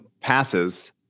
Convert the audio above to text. passes